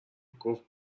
گفت